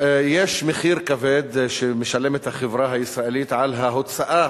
יש מחיר כבד שמשלמת החברה הישראלית על ההוצאה